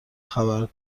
خبرنگار